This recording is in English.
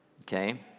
okay